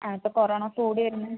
അ ഇപ്പോൾ കൊറോണ കൂടി വരുന്നു